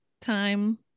time